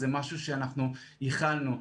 זה משהו שייחלנו לו.